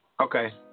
Okay